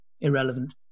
irrelevant